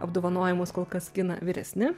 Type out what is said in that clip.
apdovanojimus kol kas skina vyresni